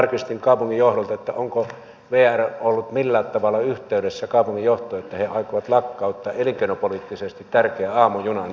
minä tarkistin kaupungin johdolta onko vr ollut millään tavalla yhteydessä kaupungin johtoon että he aikovat lakkauttaa elinkeinopoliittisesti tärkeän aamujunan